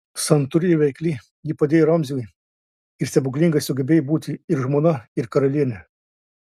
santūri ir veikli ji padėjo ramziui ir stebuklingai sugebėjo būti ir žmona ir karalienė